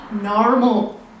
normal